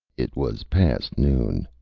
it was past noon.